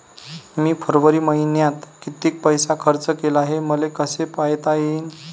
मी फरवरी मईन्यात कितीक पैसा खर्च केला, हे मले कसे पायता येईल?